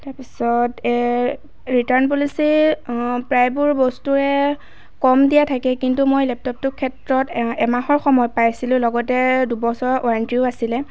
তাৰপিছত ৰিটাৰ্ন পলিচিৰ প্ৰায়বোৰ বস্তুৱে কম দিয়া থাকে কিন্তু মই লেপটপটোৰ ক্ষেত্ৰত এ এমাহৰ সময় পাইছিলোঁ লগতে দুবছৰৰ ৱাৰেণ্টিও আছিলে